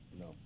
No